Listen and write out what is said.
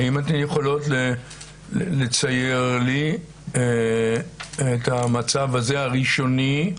האם אתן יכולות לצייר לי את המצב הזה, הראשוני,